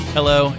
Hello